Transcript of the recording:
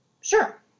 Sure